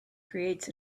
creates